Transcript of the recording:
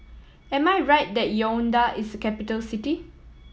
am I right that Yaounde is a capital city